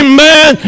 Amen